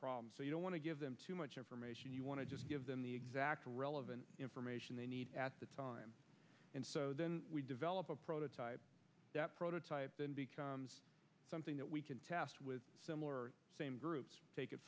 problems so you don't want to give them too much information you want to just give them the exact relevant information they need at the time and so then we develop a prototype that prototype something that we can test with similar same groups tak